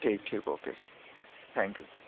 ٹھیک ٹھیک okay sir thank you